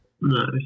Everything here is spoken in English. No